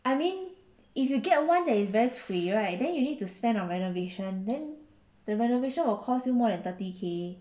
I mean if you get one that is very cui right then you need to spend on renovation then the renovation will cause you more than thirty K